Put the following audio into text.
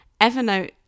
Evernote